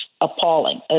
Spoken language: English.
appalling